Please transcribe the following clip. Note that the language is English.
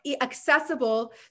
accessible